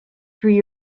through